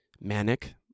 manic